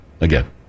again